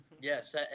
Yes